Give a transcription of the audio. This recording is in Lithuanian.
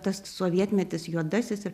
tas sovietmetis juodasis ir